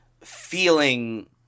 feeling